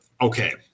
okay